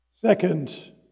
Second